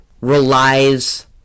relies